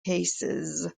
cases